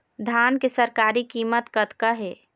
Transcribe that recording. धान के सरकारी कीमत कतका हे?